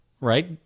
right